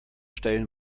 stellen